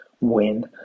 win